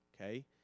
okay